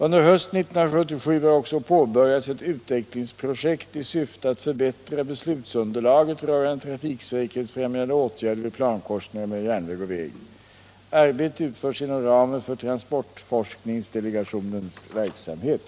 Under hösten 1977 har också påbörjats ett utvecklingsprojekt i syfte att förbättra beslutsunderlaget rörande trafiksäkerhetsfrämjande åtgärder vid plankorsningar mellan järnväg och väg. Arbetet utförs inom ramen för transportforskningsdelegationens verksamhet.